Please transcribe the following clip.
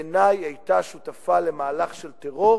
היא היתה שותפה למהלך של טרור